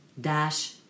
dash